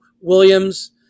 Williams